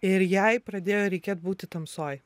ir jai pradėjo reikėt būti tamsoj